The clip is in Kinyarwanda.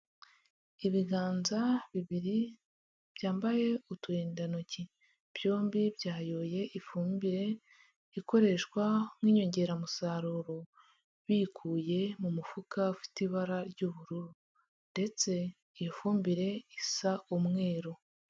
Ibiganza bibiri byambaye uturindantoki, byombi byayoye ifumbire ikoreshwa nk'inyongeramusaruro, biyikuye mu mufuka ufite ibara ry'ubururu ndetse iyo fumbire isa umweru.